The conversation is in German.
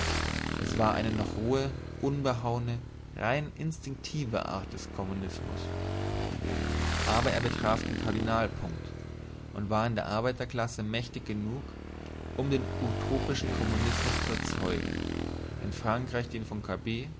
es war eine noch rohe unbehauene rein instinktive art kommunismus aber er traf den kardinalpunkt und war in der arbeiterklasse mächtig genug um den utopischen kommunismus zu erzeugen in frankreich den von